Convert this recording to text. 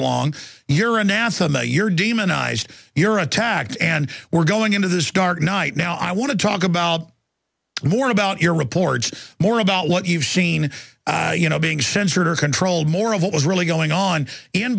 along you're anathema you're demonized you're attacked and we're going into this dark night now i want to talk about more about your reports more about what you've seen you know being censored or controlled more of what was really going on in